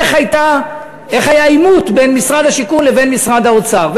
איך היה עימות בין משרד השיכון לבין משרד האוצר,